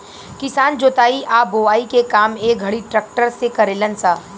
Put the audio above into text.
किसान जोताई आ बोआई के काम ए घड़ी ट्रक्टर से करेलन स